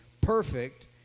perfect